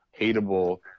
hateable